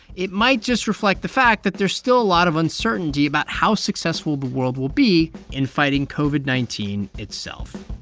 it might just reflect the fact that there's still a lot of uncertainty about how successful the world will be in fighting covid nineteen itself